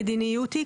המדיניות היא,